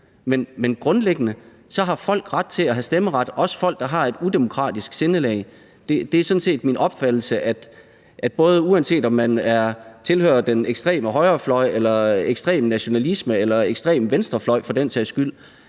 Men grundlæggende har folk ret til at have stemmeret, også folk, der har et udemokratisk sindelag. Det er sådan set min opfattelse, at uanset om man tilhører den ekstreme højrefløj eller ekstrem nationalisme eller den ekstreme venstrefløj for den sags skyld,